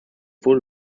full